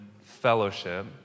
fellowship